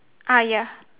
ah ya